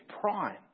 prime